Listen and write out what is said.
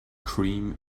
cream